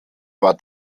war